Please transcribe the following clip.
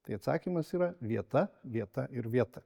tai atsakymas yra vieta vieta ir vieta